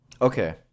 Okay